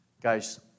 guys